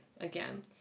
again